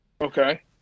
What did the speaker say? Okay